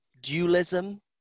dualism